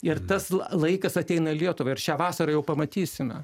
ir tas laikas ateina lietuvai ir šią vasarą jau pamatysime